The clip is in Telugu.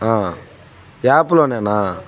యాప్లోనేనా